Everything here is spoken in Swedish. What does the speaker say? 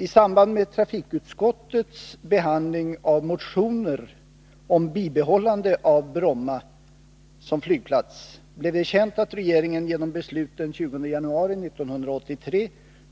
I samband med trafikutskottets behandling av motioner om bibehållande av Bromma som flygplats blev det känt att regeringen genom beslut den 20 januari 1983